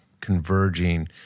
converging